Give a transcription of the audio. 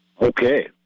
Okay